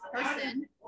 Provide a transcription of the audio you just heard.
person